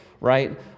right